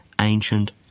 ancient